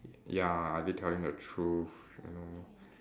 ya are they telling the truth you know